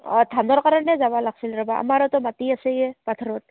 অঁ ধানৰ কাৰণে যাব লাগিছিল ৰ'বা আমাৰ ইয়াতেতো মাটি আছেই পথাৰত